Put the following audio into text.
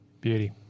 Beauty